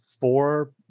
four